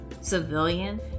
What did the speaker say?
civilian